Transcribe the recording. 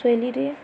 ଶୈଲୀରେ